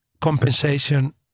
compensation